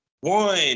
one